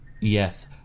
Yes